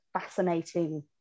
fascinating